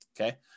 okay